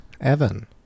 Evan